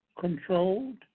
controlled